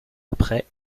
après